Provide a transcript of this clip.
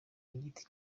giti